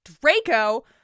Draco